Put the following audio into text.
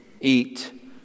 Eat